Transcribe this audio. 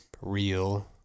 real